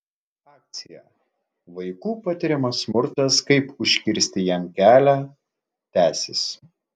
akcija vaikų patiriamas smurtas kaip užkirsti jam kelią tęsis